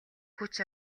хүч